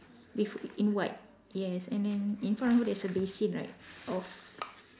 with in white yes and then in front of her there's a basin right of